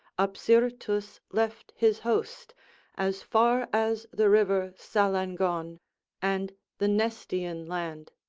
apsyrtus left his host as far as the river salangon and the nestian land.